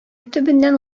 төбеннән